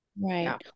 right